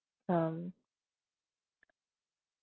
um